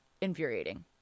infuriating